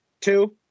Two